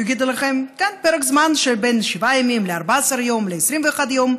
יגידו לכם: פרק זמן שבין שבעה ימים ל-14 יום ל-21 יום,